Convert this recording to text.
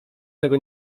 tego